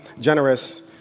generous